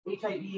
HIV